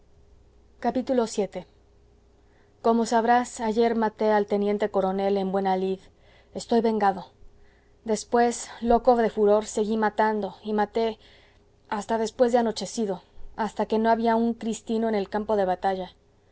vii como sabrás ayer maté al teniente coronel en buena lid estoy vengado después loco de furor seguí matando y maté hasta después de anochecido hasta que no había un cristino en el campo de batalla